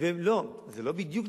לא, זה לא בדיוק.